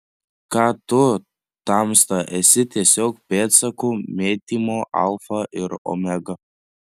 ką tu tamsta esi tiesiog pėdsakų mėtymo alfa ir omega